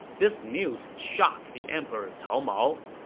this news shocked the emperor cao mao.